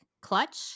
clutch